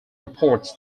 reports